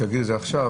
שיביא אותן עכשיו.